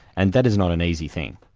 and that is not an easy thing.